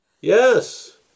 Yes